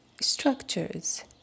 Structures